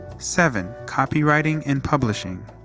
seven. copyrighting and publishing.